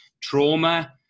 trauma